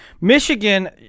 Michigan